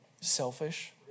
selfish